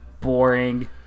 boring